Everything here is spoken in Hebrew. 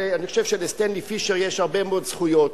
ואני חושב שלסטנלי פישר יש הרבה מאוד זכויות.